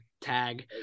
tag